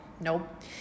Nope